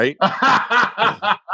right